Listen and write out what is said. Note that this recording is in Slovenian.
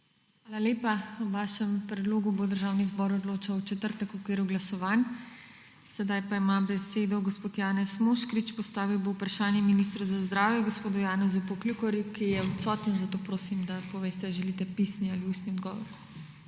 Hvala lepa. O vašem predlogu bo Državni zbor odločal v četrtek v okviru glasovanj. Sedaj pa ima besedo gospod Janez Moškrič. Postavil bo vprašanje ministru za zdravje gospodu Janezu Poklukarju, ki je odsoten. Zato prosim, da poveste, ali želite pisni ali ustni odgovor.